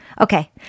Okay